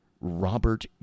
Robert